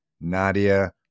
Nadia